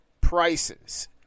prices